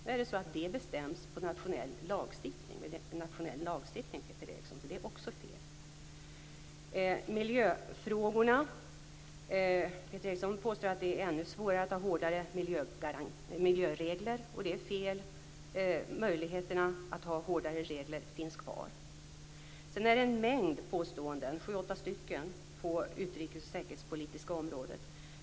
Nu är det så att det bestäms i nationell lagstiftning, så det är också fel. När det gäller miljöfrågorna påstår Peter Eriksson att det är ännu svårare att ha hårdare miljöregler, och det är fel. Möjligheterna att ha hårdare regler finns kvar. Sedan gör Peter Eriksson en mängd - sju åtta stycken - olika påståenden på utrikes och säkerhetspolitiska området.